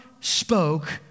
spoke